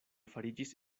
fariĝis